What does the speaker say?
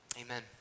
Amen